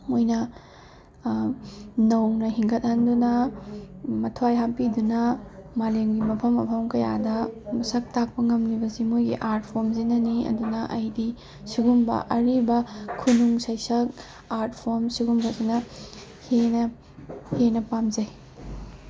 ꯃꯣꯏꯅ ꯅꯧꯅ ꯍꯤꯡꯒꯠ ꯍꯟꯗꯨꯅ ꯃꯊ꯭ꯋꯥꯏ ꯍꯥꯞꯄꯤꯗꯨꯅ ꯃꯥꯂꯦꯝꯒꯤ ꯃꯐꯝ ꯃꯐꯝ ꯀꯌꯥꯗ ꯃꯁꯛ ꯇꯥꯛꯄ ꯉꯝꯃꯤꯕꯁꯤ ꯃꯣꯏꯒꯤ ꯑꯥꯔꯠ ꯐꯣꯝꯁꯤꯅꯅꯤ ꯑꯗꯨꯅ ꯑꯩꯗꯤ ꯁꯨꯒꯨꯝꯕ ꯑꯔꯤꯕ ꯈꯨꯅꯨꯡ ꯁꯩꯁꯛ ꯑꯥꯔꯠ ꯐꯣꯝ ꯁꯤꯒꯨꯝꯕꯁꯤꯅ ꯍꯦꯟꯅ ꯍꯦꯟꯅ ꯄꯥꯝꯖꯩ